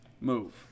move